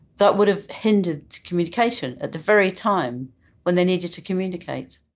that would've hindered communication at the very time when they needed to communicate.